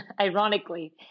ironically